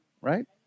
Right